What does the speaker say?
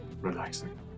relaxing